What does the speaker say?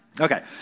Okay